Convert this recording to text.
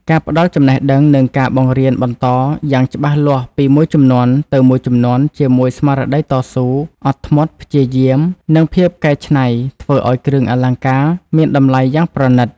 ការផ្តល់ចំណេះដឹង និងការបង្រៀនបន្តយ៉ាងច្បាស់លាស់ពីមួយជំនាន់ទៅមួយជំនាន់ជាមួយស្មារតីតស៊ូ អត់ធ្មត់ ព្យាយាម និងភាពកែច្នៃធ្វើឲ្យគ្រឿងលអង្ការមានតម្លៃយ៉ាងប្រណិត។